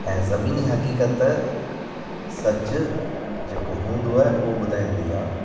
ऐं ज़मीनी हक़ीक़त सचु जेको हूंदो आहे उहो ॿुधाईंदी आहे